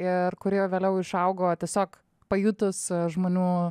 ir kuri jau vėliau išaugo tiesiog pajutus žmonių